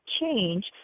change